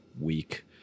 week